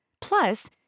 Plus